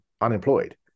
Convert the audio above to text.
unemployed